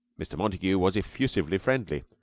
mr. montague was effusively friendly,